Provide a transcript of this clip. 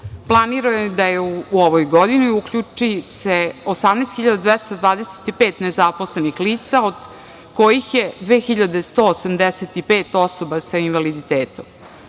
Planirano je da se u ovoj godini 18.225 nezaposlenih lica, od kojih je 2.185 osoba sa invaliditetom.